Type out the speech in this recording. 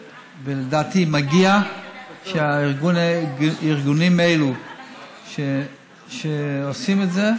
ולדעתי מגיע לארגונים אלו שעושים את זה